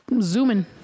zooming